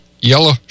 yellow